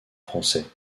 français